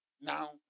Now